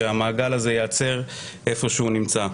שהמעגל הזה ייעצר איפה שהוא נמצא.